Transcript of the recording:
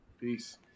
Peace